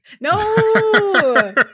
No